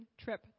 Trip